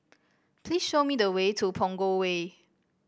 please show me the way to Punggol Way